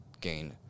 gain